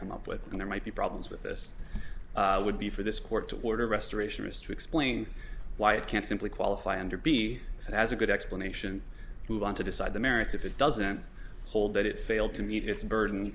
come up with and there might be problems with this would be for this court to order restorationist explain why it can't simply qualify under b as a good explanation if you want to decide the merits if it doesn't hold that it failed to meet its burden